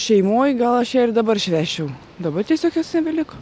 šeimoj gal aš ją ir dabar švęsčiau dabar tiesiog jos nebeliko